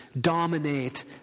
dominate